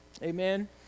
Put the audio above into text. Amen